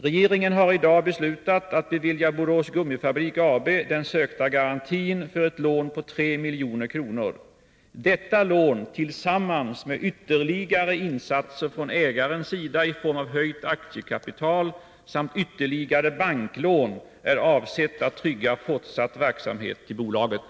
Regeringen har i dag beslutat att bevilja Borås Gummifabrik AB den sökta garantin för ett lån på 3 milj.kr. Detta lån tillsammans med ytterligare insatser från ägarens sida i form av höjt aktiekapital samt ytterligare banklån är avsett att trygga fortsatt verksamhet i bolaget.